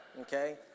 okay